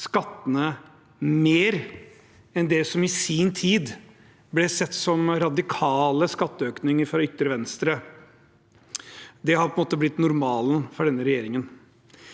skattene mer enn det som i sin tid ble sett på som radikale skatteøkninger fra ytre venstre. Det har på en måte blitt normalen for denne regjeringen.